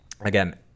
again